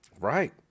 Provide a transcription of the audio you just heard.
Right